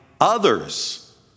others